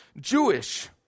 Jewish